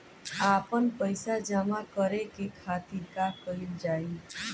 आपन पइसा जमा करे के खातिर का कइल जाइ?